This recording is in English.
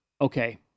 Okay